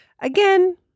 again